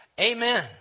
Amen